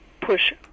push